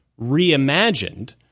reimagined